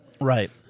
Right